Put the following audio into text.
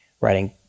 writing